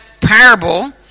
parable